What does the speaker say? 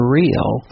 real